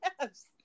Yes